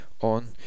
on